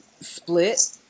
Split